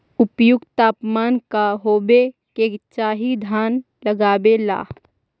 उपयुक्त तापमान का होबे के चाही धान लगावे ला?